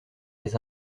les